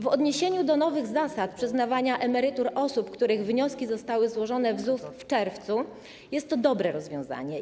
W odniesieniu do nowych zasad przyznawania emerytur dla osób, których wnioski zostały złożone w ZUS w czerwcu, jest to dobre rozwiązanie.